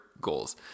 goals